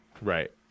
Right